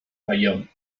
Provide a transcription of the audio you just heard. fayoum